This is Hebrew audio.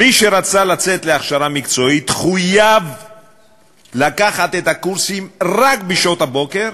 מי שרצה לצאת להכשרה מקצועית חויב לקחת את הקורסים רק בשעות הבוקר,